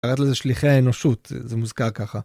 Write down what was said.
קראת לזה שליחי האנושות, זה מוזכר ככה.